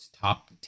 top